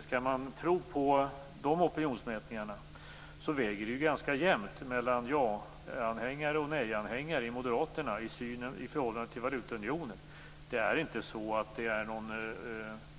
Skall man tro på dessa opinionsmätningar väger det ganska jämnt mellan ja-anhängare och nej-anhängare bland moderaterna i förhållande till valutaunionen. Det är inte någon